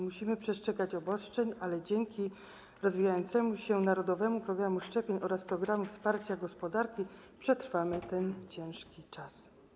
Musimy przestrzegać obostrzeń, ale dzięki rozwijającemu się narodowemu programowi szczepień oraz programowi wsparcia gospodarki przetrwamy ten ciężki czas.